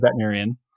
veterinarian